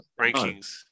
rankings